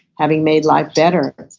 having made life better?